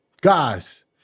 guys